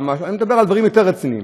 אני מדבר על דברים יותר רציניים.